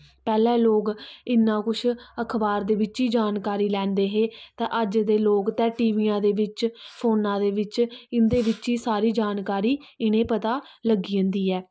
पैह्लै लोग इन्ना कुछ अखबार दे बिच्च ही जानकारी लैंदे हे ते अज्ज दे लोग ते टीवियां दे बिच्च फोनां दे बिच्च इं'दे बिच्च गै इनेंगी सारी जानकारी इ'नेंई पता लग्गी जंदी ऐ